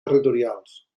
territorials